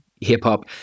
hip-hop